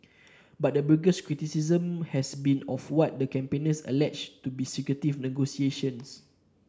but the biggest criticism has been of what the campaigners allege to be secretive negotiations